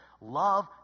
Love